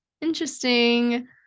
interesting